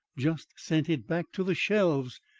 just sent it back to the shelves.